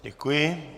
Děkuji.